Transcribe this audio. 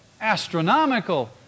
astronomical